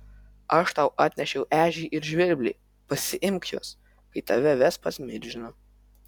aš tau atnešiau ežį ir žvirblį pasiimk juos kai tave ves pas milžiną